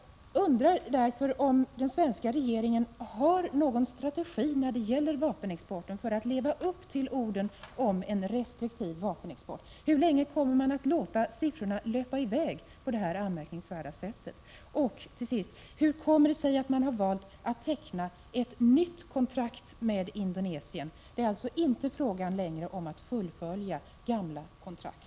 Jag undrar därför om den svenska regeringen har någon strategi när det gäller vapenexporten för att leva upp till målsättningen en restriktiv vapenexport. Hur länge kommer man att låta siffrorna löpa i väg på det här anmärkningsvärda sättet? Och till sist: Hur kommer det sig att man har valt att teckna ett nytt kontrakt med Indonesien? Det är alltså inte längre fråga om att fullfölja gamla kontrakt.